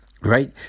right